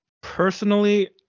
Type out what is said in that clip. Personally